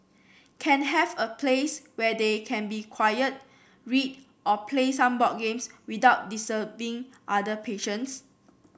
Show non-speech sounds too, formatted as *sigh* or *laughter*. can have a place where they can be quiet read or play some board games without *unintelligible* other patients